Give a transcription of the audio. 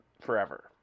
Forever